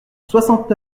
soixante